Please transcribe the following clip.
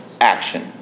action